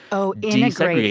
oh, integrating.